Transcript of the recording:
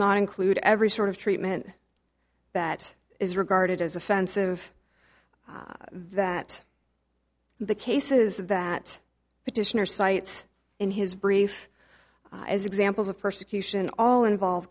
not include every sort of treatment that is regarded as offensive that the cases that petitioners cites in his brief as examples of persecution all involve